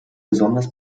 besonders